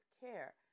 care